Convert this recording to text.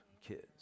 kids